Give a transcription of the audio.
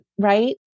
right